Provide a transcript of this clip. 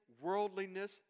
worldliness